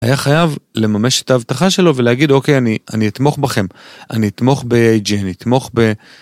היה חייב לממש את ההבטחה שלו ולהגיד אוקיי אני אני אתמוך בכם אני אתמוך בAIG אני אתמוך ב